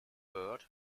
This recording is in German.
burt